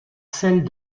celle